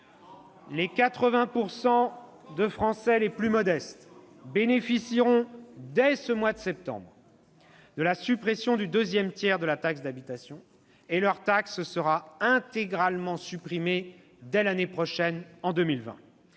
Les 80 % de Français les plus modestes bénéficieront dès ce mois de septembre de la suppression du deuxième tiers de la taxe d'habitation et leur taxe sera intégralement supprimée en 2020.